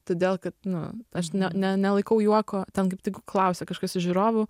todėl kad nu aš ne nelaikau juoko ten kaip tik klausė kažkas iš žiūrovų